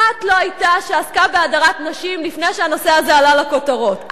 אחת לא היתה שעסקה בהדרת נשים לפני שהנושא הזה עלה לכותרות.